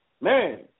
Man